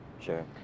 Sure